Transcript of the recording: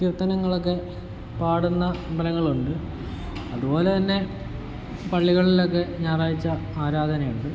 കീർത്തനങ്ങളൊക്കെ പാടുന്ന അമ്പലങ്ങളുണ്ട് അതുപോലെതന്നെ പള്ളികളിലൊക്കെ ഞായറാഴ്ച ആരാധനയുണ്ട്